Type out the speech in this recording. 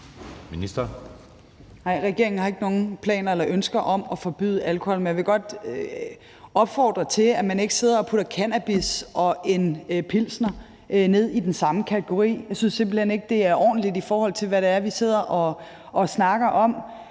regeringen har ikke nogen planer eller ønsker om at forbyde alkohol. Men jeg vil godt opfordre til, at man ikke putter cannabis og en pilsner i den samme kategori. Jeg synes simpelt hen ikke, det er ordentligt, i forhold til hvad det er, vi snakker om.